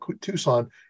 Tucson